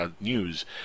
news